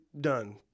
Done